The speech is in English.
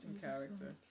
character